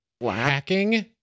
hacking